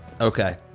Okay